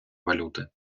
валюти